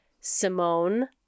Simone